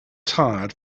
tired